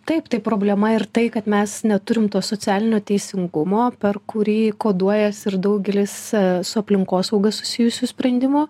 taip tai problema ir tai kad mes neturim to socialinio teisingumo per kurį koduojasi ir daugelis su aplinkosauga susijusių sprendimų